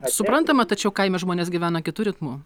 suprantama tačiau kaime žmonės gyvena kitu ritmu